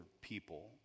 people